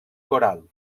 coral